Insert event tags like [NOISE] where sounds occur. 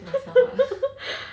[LAUGHS]